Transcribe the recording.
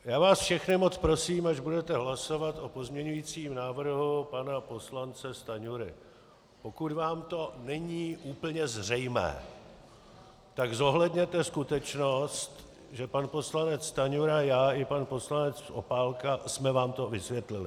Já vás všechny moc prosím, až budete hlasovat o pozměňujícím návrhu pana poslance Stanjury, pokud vám to není úplně zřejmé, tak zohledněte skutečnost, že pan poslanec Stanjura, já i pan poslanec Opálka jsme vám to vysvětlili.